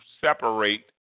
separate